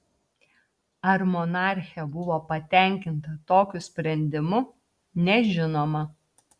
ar monarchė buvo patenkinta tokiu sprendimu nežinoma